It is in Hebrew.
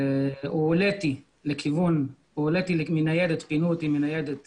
פינו אותי בניידת